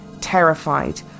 terrified